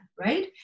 right